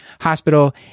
Hospital